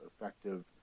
effective